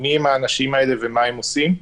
מי הם האנשים האלה ומה הם עושים?